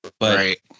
right